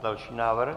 Další návrh.